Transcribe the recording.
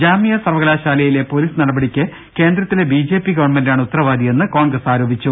ജാമിയ സർവകലാശാലയിലെ പൊലീസ് നടപടിക്ക് കേന്ദ്രത്തിലെ ബി ജെ പി ഗവൺമെന്റാണ് ഉത്തരവാദിയെന്ന് കോൺഗ്രസ് കുറ്റപ്പെടുത്തി